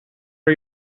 are